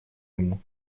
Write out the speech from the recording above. ему